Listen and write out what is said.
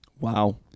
Wow